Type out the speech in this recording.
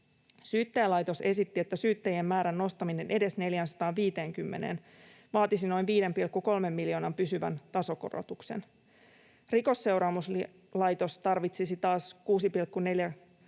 Syyttäjälaitos esitti, että syyttäjien määrän nostaminen edes 450:een vaatisi noin 5,3 miljoonan pysyvän tasokorotuksen. Rikosseuraamuslaitos tarvitsisi taas 6,4 miljoonaa